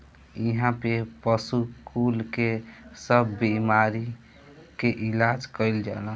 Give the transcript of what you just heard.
इहा पे पशु कुल के सब बेमारी के इलाज कईल जाला